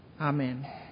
Amen